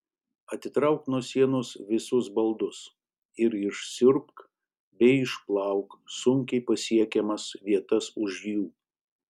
atitrauk nuo sienos visus baldus ir išsiurbk bei išplauk sunkiai pasiekiamas vietas už jų